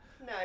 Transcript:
No